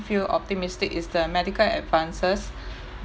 feel optimistic is the medical advances